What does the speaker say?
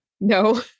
No